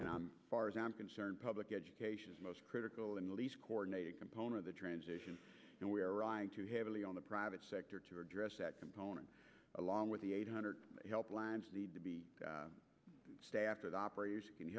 and far as i am concerned public education is most critical and least coordinated component of the transition and where i am too heavily on the private sector to address that component along with the eight hundred help lines need to be staffed with operators can